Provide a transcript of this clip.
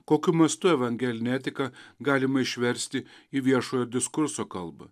kokiu mastu evangelinė etiką galima išversti į viešojo diskurso kalbą